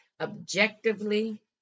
objectively